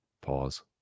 Pause